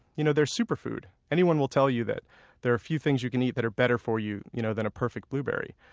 you know they're a super food anyone will tell you that there are few things you can eat that are better for you you know than a perfect blueberry.